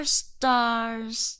stars